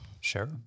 Sure